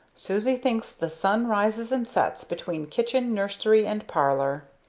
susie thinks the sun rises and sets between kitchen, nursery and parlor!